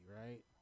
right